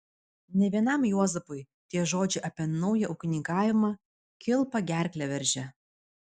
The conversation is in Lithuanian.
ne vienam juozapui tie žodžiai apie naują ūkininkavimą kilpa gerklę veržė